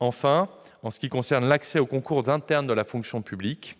En ce qui concerne l'accès aux concours internes de la fonction publique,